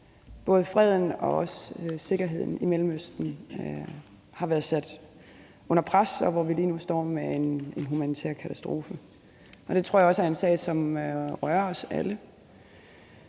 både freden og sikkerheden i Mellemøsten har været sat under pres, og at vi lige nu står med en humanitær katastrofe. Det tror jeg også er en sag, som berører os alle.